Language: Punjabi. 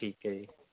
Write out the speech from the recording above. ਠੀਕ ਹੈ ਜੀ